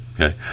Okay